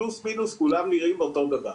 פלוס מינוס כולם נראים אותו הדבר.